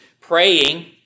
praying